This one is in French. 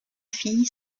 fille